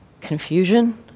Confusion